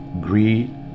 greed